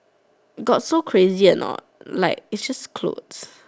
got so crazy or not like is just clothes